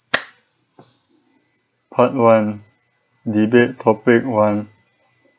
part one debate topic one